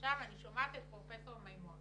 עכשיו, אני שומעת את פרופ' מימון